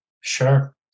Sure